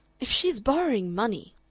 if she is borrowing money,